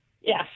yes